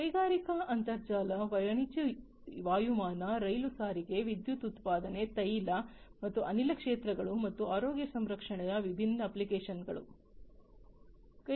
ಕೈಗಾರಿಕಾ ಅಂತರ್ಜಾಲ ವಾಣಿಜ್ಯ ವಾಯುಯಾನ ರೈಲು ಸಾರಿಗೆ ವಿದ್ಯುತ್ ಉತ್ಪಾದನೆ ತೈಲ ಮತ್ತು ಅನಿಲ ಕ್ಷೇತ್ರಗಳು ಮತ್ತು ಆರೋಗ್ಯ ರಕ್ಷಣೆಯ ವಿಭಿನ್ನ ಅಪ್ಲಿಕೇಶನ್ಗಳುಗಳು